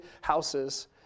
houses